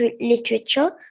literature